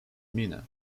mina